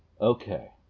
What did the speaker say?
Okay